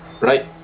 right